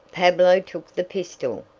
pablo took the pistol,